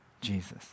Jesus